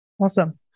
Awesome